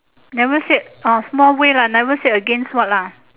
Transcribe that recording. never said orh small way lah never said against what lah